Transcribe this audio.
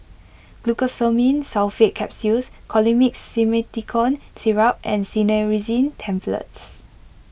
Glucosamine Sulfate Capsules Colimix Simethicone Syrup and Cinnarizine Tablets